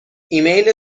ایمیل